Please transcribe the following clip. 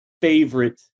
favorite